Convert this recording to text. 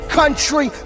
country